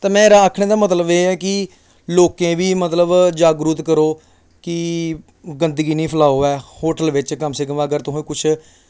ते मेरा आखने दा मतलब एह् ऐ कि लोकें गी बी मतलब जागृत करो कि गंदगी निं फलाओ ऐ होटल बिच कम से कम अगर तुसें कुछ ना कुछ